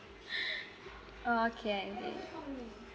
oh okay okay